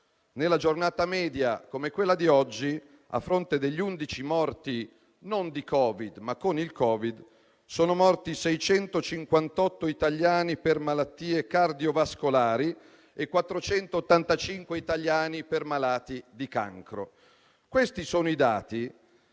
una giornata media come quella di oggi, a fronte degli 11 morti, non di Covid-19, ma con il Covid-19, sono morti 658 italiani per malattie cardiovascolari e 485 italiani per tumore. Questi sono i dati